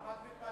למה את מתפלאת?